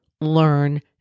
learn